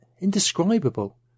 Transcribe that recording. indescribable